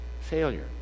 Failure